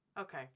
Okay